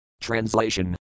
Translation